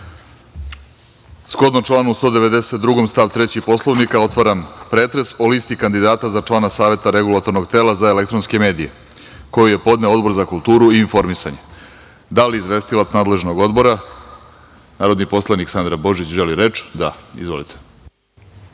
članu 192. stav 3. Poslovnika otvaram pretres o Listi kandidata za člana Saveta regulatornog tela za elektronske medije, koji je podneo Odbor za kulturu i informisanje. Da li izvestilac nadležnog Odbora, narodni poslanik Sandra Božić želi reč? (Da.)Izvolite.